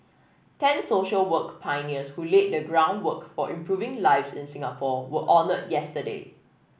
ten social work pioneers who laid the groundwork for improving lives in Singapore were honoured yesterday